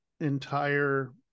entire